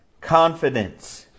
confidence